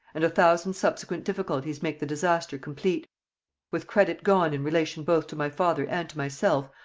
and a thousand subsequent difficulties make the disaster complete with credit gone in relation both to my father and to myself,